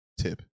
tip